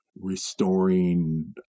restoring